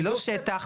מה הקטנוניות הזאת?